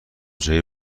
جویی